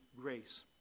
grace